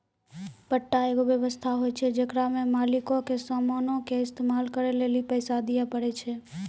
पट्टा एगो व्य्वस्था होय छै जेकरा मे मालिको के समानो के इस्तेमाल करै लेली पैसा दिये पड़ै छै